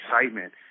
excitement